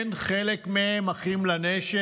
כן, חלק מהם, "אחים לנשק",